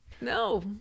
No